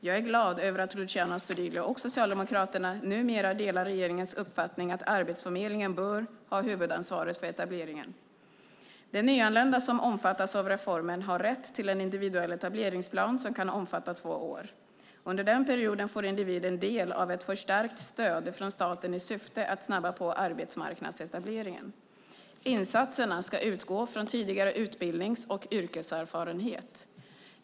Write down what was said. Jag är glad över att Luciano Astudillo och Socialdemokraterna numera delar regeringens uppfattning att Arbetsförmedlingen bör ha huvudansvaret för etableringen. De nyanlända som omfattas av reformen har rätt till en individuell etableringsplan som kan omfatta två år. Under den perioden får individen del av ett förstärkt stöd från staten i syfte att snabba på arbetsmarknadsetableringen. Insatserna ska utgå från tidigare utbildnings och yrkeserfarenhet.